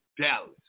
Dallas